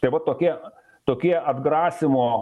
čia va tokie tokie atgrasymo